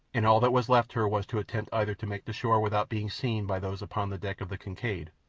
and all that was left her was to attempt either to make the shore without being seen by those upon the deck of the kincaid,